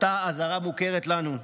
אותה עזרה מוכרת לנו,